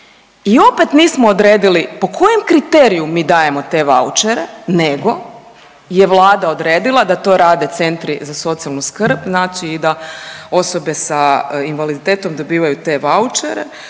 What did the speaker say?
I opet nismo odredili po kojem kriteriju mi dajemo te vaučere, nego je Vlada odredila da to rade centri za socijalnu skrb znači i da osobe sa invaliditetom dobivaju te vaučere,